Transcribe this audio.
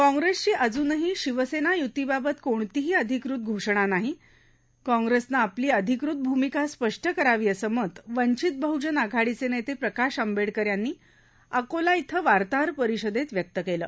काँप्रेसच अजूनह शिवसेना यूतविबत कोणतहि अधिकृत घोषणा नाहि काँप्रेसने आपल अधिकृत भूमिका स्पष्ट करावा असं मत वंचित बहुजन आघाडच्चिनेते प्रकाश आंबेडकर यांना अकोला इथं वार्ताहर परिषदेत व्यक्त केलं